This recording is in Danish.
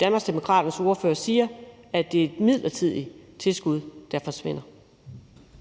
Danmarksdemokraternes ordfører siger, nemlig at det er et midlertidig tilskud, der forsvinder.